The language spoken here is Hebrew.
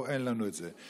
פה אין לנו את זה,